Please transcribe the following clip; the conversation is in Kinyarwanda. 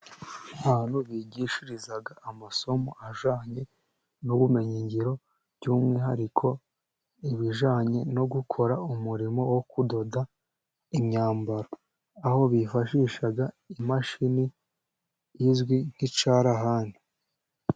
Ahantu bigishiriza amasomo ajyanye n'ubumenyi ngiro by'umwihariko ibijyanye no gukora umurimo wo kudoda imyambaro. Aho bifashisha imashini izwi nk'icyarahandi.